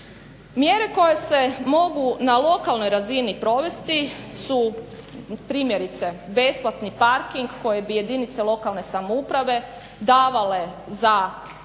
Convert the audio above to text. Mjere koje se mogu na lokalnoj razini provesti su primjerice besplatni parking koje bi jedinice lokalne samouprave davale za